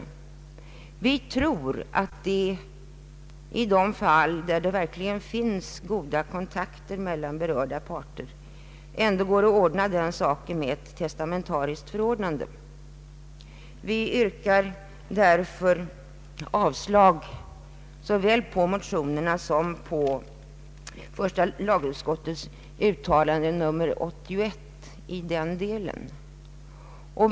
Vi anser att det i de fall där det verkligen råder god kontakt mellan berörda parter är möjligt att ordna saken genom ett testamentariskt förordnande. Vi yrkar således avslag såväl på motionerna som på första lagutskottets förslag i denna del i utlåtandet nr 81.